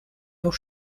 auch